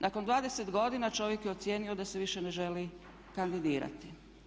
Nakon 20 godina čovjek je ocijenio da se više ne želi kandidirati.